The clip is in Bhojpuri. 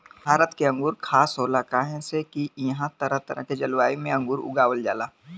भारत के अंगूर खास होला काहे से की इहां तरह तरह के जलवायु में अंगूर उगावल जाला